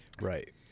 Right